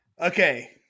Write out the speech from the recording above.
Okay